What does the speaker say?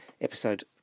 episode